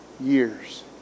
years